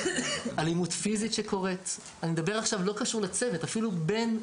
אלימות פיזית שקורית אני מדבר עכשיו אפילו בין מאושפזים,